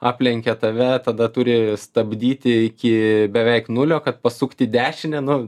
aplenkia tave tada turi stabdyti iki beveik nulio kad pasukti dešinę nu